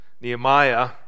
Nehemiah